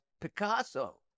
picasso